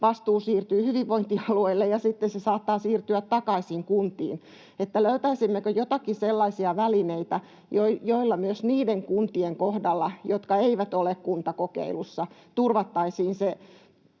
vastuu siirtyy hyvinvointialueille ja sitten se saattaa siirtyä takaisin kuntiin. Löytäisimmekö joitakin sellaisia välineitä, joilla myös niiden kuntien kohdalla, jotka eivät ole kuntakokeilussa, turvattaisiin se